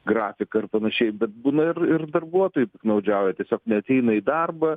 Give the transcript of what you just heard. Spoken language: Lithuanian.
grafiką ir panašiai bet būna ir ir darbuotojai piktnaudžiauja tiesiog neateina į darbą